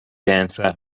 dancer